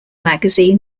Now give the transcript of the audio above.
magazine